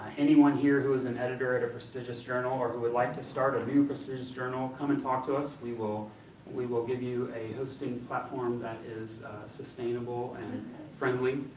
anyone here who is an editor at a prestigious journal, or who would like to start a new prestigious journal, come and talk to us. we will we will give you a hosting platform that is sustainable and friendly.